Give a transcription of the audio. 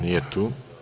Nije tu.